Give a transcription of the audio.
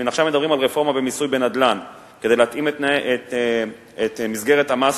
עכשיו מדברים על רפורמה במיסוי בנדל"ן כדי להתאים את מסגרת המס